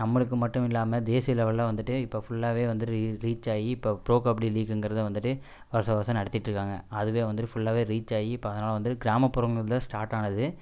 நம்மளுக்கு மட்டும் இல்லாமல் தேசிய லெவலில் வந்துகிட்டு இப்போ ஃபுல்லாகவே வந்து ரி ரீச்சாகி இப்போ ப்ரோ கபடி லீக்குங்கிறது வந்துகிட்டு வர்ஷ வர்ஷம் நடத்திகிட்டு இருக்குறாங்க அதுவே வந்துகிட்டு ஃபுல்லாகவே ரீச்சாகி இப்போ அதனால் வந்து கிராமப்புறங்களில் தான் ஸ்டார்ட் ஆனது